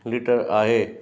litre आहे